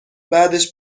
بعدش